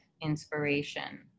inspiration